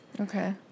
okay